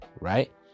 right